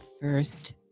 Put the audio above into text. first